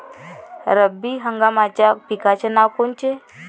रब्बी हंगामाच्या पिकाचे नावं कोनचे?